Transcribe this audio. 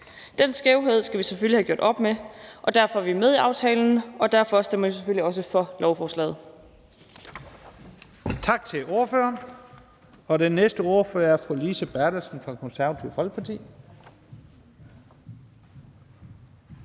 Den skævhed skal vi selvfølgelig have gjort op med, og derfor er vi med i aftalen, og derfor stemmer vi selvfølgelig også for lovforslaget.